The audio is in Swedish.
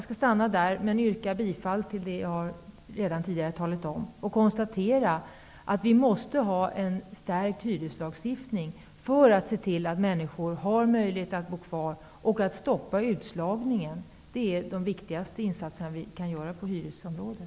Jag stannar här och står kvar vid mitt tidigare yrkande. Jag konstaterar att vi måste ha en förstärkt hyreslagstiftning för att kunna se till att människor har möjlighet att bo kvar och se till att stoppa utslagningen. Det är de viktigaste insatserna som vi kan göra på hyresområdet.